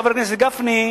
חבר הכנסת גפני,